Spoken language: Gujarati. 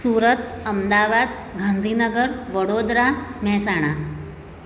સુરત અમદાવાદ ગાંધીનગર વડોદરા મહેસાણા